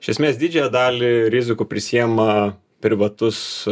iš esmės didžiąją dalį rizikų prisiima privatus